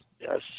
Yes